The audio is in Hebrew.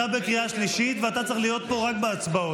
אתה בקריאה שלישית ואתה צריך להיות פה רק בהצבעות,